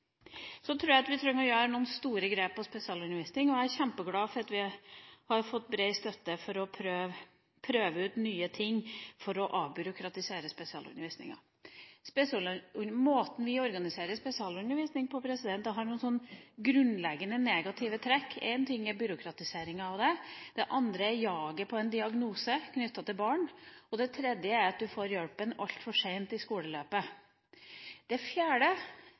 Så tror jeg at vi trenger å gjøre noen store grep på spesialundervisning, og jeg er kjempeglad for at vi har fått bred støtte for å prøve ut nye ting for å avbyråkratisere spesialundervisninga. Måten vi organiserer spesialundervisning på, har noen grunnleggende negative trekk. Én ting er byråkratiseringa av det, det andre er jaget på en diagnose knyttet til barn, og det tredje er at du får hjelpen altfor sent i skoleløpet. Det fjerde,